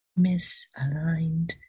misaligned